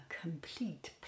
complete